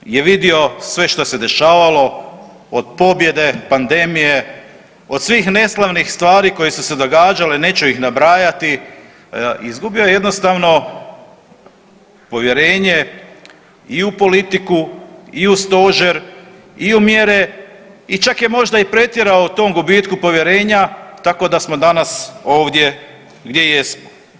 Narod je vidio sve što se dešavalo, od pobjede, pandemije, od svih neslavnih stvari koje su se događale, neću ih nabrajati, izgubio je jednostavno povjerenje i u politiku i u stožer i u mjere i čak je možda i pretjerao u tom gubitku povjerenja, tako da smo danas ovdje gdje jesmo.